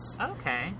Okay